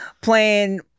playing